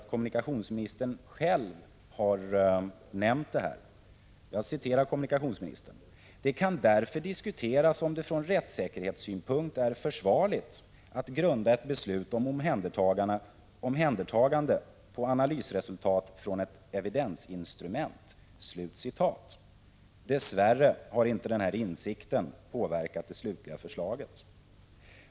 Kommunikationsministern nämner själv detta i propositionen, där han anför: ”Det kan därför diskuteras om det från rättssäkerhetssynpunkt är försvarligt att grunda ett beslut om omhändertagande på analysresultatet från ett evidensinstrument ———.” Dess värre har denna insikt inte påverkat det slutliga förslaget.